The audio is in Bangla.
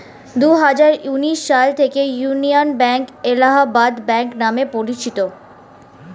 দুহাজার উনিশ সাল থেকে ইন্ডিয়ান ব্যাঙ্ক এলাহাবাদ ব্যাঙ্ক নাম পরিচিত